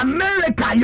America